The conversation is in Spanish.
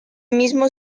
mismo